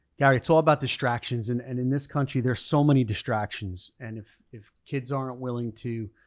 gary, it's all about distractions and and in this country there's so many distractions and if if kids aren't willing to